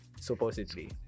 supposedly